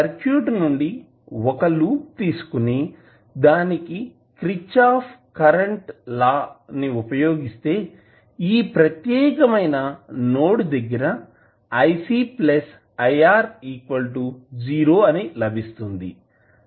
circuit నుండి ఒక loop తీసుకుని దానికి క్రిచ్చాఫ్ కరెంటు లా ని ఉపయోగిస్తే ఈ ప్రత్యేకమైన నోడ్ దగ్గర IC IR 0 అని లభిస్తుంది